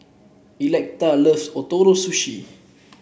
Electa loves Ootoro Sushi